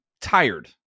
tired